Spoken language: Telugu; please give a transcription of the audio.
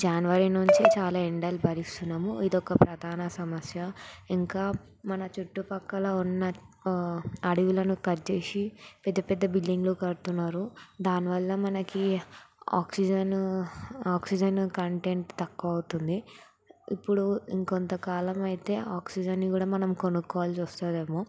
జనవరి నుంచి చాలా ఎండలు భరిస్తున్నాము ఇదొక ప్రధాన సమస్య ఇంకా మన చుట్టుప్రక్కల ఉన్న అడివులను కట్ చేసి పెద్ద పెద్ద బిల్డింగ్లు కడుతున్నారు దాని వల్ల మనకి ఆక్సిజను ఆక్సిజన్ కంటెంట్ తక్కువ అవుతుంది ఇప్పుడు ఇంకొంత కాలమయితే ఆక్సిజన్ని కూడా మనం కొనుక్కోవాల్సి వస్తుందేమో